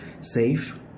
safe